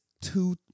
two